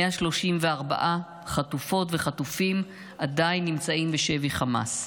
134 חטופות וחטופים עדיין נמצאים בשבי חמאס.